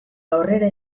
aurrera